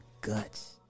guts